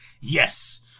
yes